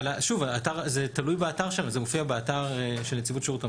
שוב, זה מופיע באתר של נציבות שירות המדינה,